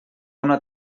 una